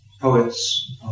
poets